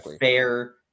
fair